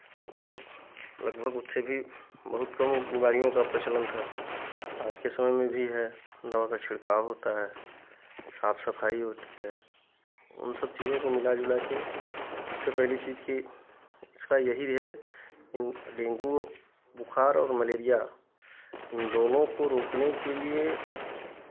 और लगभग उससे भी बहुत कम बीमारियों का प्रचलन था आज के समय में भी है दवाओं का छिड़काव होता है साफ सफाई होती है उन सब चीज़ों को मिला जुला के सबसे पहली चीज़ की इसका यही है डेंगू बुखार और मलेरिया इन दोनों को रोकने के लिए